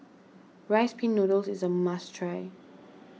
Rice Pin Noodles is a must try